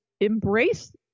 embrace